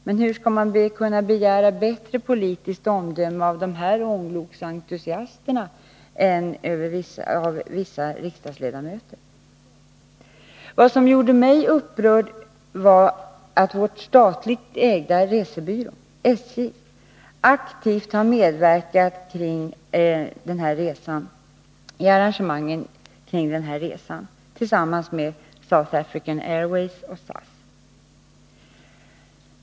Men hur skall man kunna begära bättre politiskt omdöme av de här ångloksentusiasterna än av vissa riksdagsledamöter. Vad som gjorde mig upprörd var att vår statligt ägda resebyrå, SJ:s, aktivt medverkat i arrangemangen kring resan i samarbete med South African Airways och SAS.